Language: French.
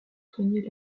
soigner